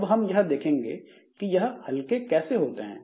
अब हम यह देखेंगे कि यह हल्के कैसे होते हैं